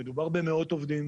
מדובר במאות עובדים.